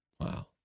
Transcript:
Wow